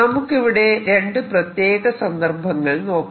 നമുക്കിവിടെ രണ്ടു പ്രത്യേക സന്ദർഭങ്ങൾ നോക്കാം